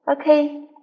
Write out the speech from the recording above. Okay